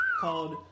called